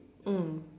mm